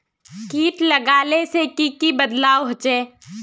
किट लगाले से की की बदलाव होचए?